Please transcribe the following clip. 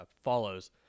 follows